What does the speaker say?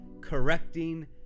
correcting